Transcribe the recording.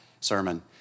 sermon